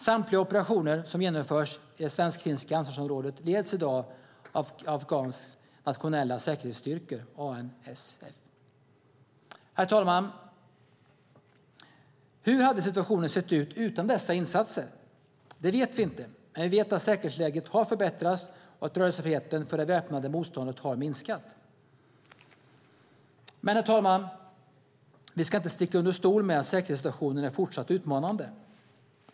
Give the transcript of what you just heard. Samtliga operationer som genomförs i det svensk-finska ansvarsområdet leds i dag av Afghanistans nationella säkerhetsstyrkor ANSF. Herr talman! Hur hade situationen sett ut utan dessa insatser? Det vet vi inte, men vi vet att säkerhetsläget har förbättrats och att rörelsefriheten för det väpnade motståndet har minskat. Men, herr talman, vi ska inte sticka under stol med att säkerhetssituationen fortsätter att vara utmanande.